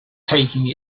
taking